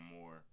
more